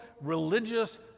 religious